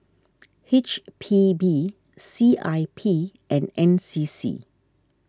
H P B C I P and N C C